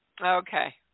Okay